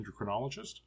endocrinologist